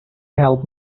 help